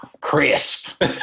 crisp